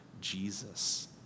Jesus